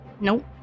nope